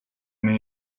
new